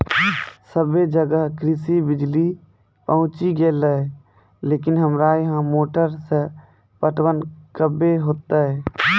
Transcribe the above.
सबे जगह कृषि बिज़ली पहुंची गेलै लेकिन हमरा यहाँ मोटर से पटवन कबे होतय?